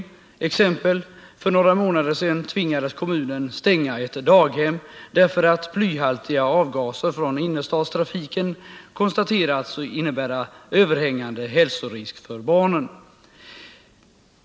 Ett exempel: För några månader sedan tvingades kommunen att stänga ett daghem därför att blyhaltiga avgaser från innerstadstrafiken konstaterats innebära en överhängande hälsorisk för barnen.